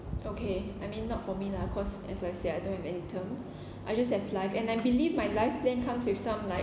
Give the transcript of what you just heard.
okay I mean not for me lah cause as I say I don't have any term I just have life and I believe my life plan comes with some like